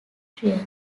trial